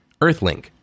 EarthLink